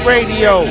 Radio